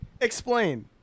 Explain